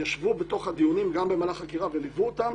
ישבו בדיונים גם במהלך החקירה וליוו אותם,